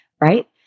right